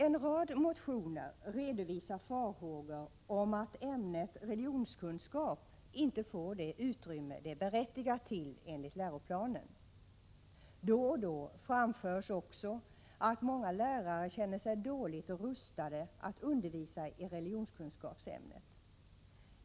En rad motioner redovisar farhågor för att ämnet religionskunskap inte får det utrymme det är berättigat till enligt läroplanen. Då och då framförs också att många lärare känner sig dåligt rustade att undervisa i religionskunskapsämnet.